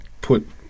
put